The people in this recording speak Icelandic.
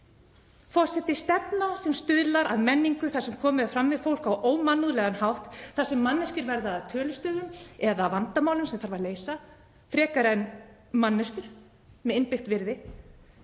Forseti. Stefna sem stuðlar að menningu þar sem komið er fram við fólk á ómannúðlegan hátt, þar sem manneskjur verða að tölustöfum eða vandamálum sem þarf að leysa frekar en manneskjur með innbyggt virði